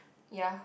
ya